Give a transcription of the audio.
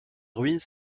ruines